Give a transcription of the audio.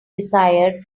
desired